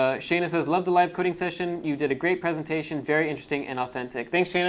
ah shayna says, love the live coding session. you did a great presentation, very interesting and authentic. thanks, shayna,